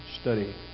study